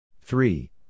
Three